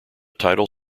title